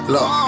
Look